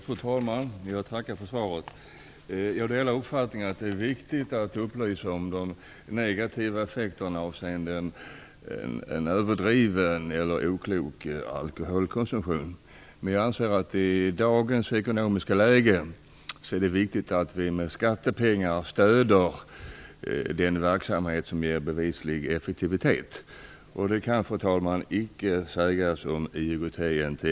Fru talman! Jag tackar för svaret. Jag delar uppfattningen att det är viktigt att upplysa om de negativa effekterna av en överdriven eller oklok alkoholkonsumtion. Men jag anser att det i dagens ekonomiska läge är viktigt att vi med skattepengar stöder den verksamhet som bevisligen är effektiv. Det kan, fru talman, icke sägas om IOGT NTO.